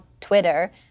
Twitter